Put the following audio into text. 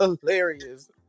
hilarious